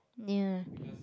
ya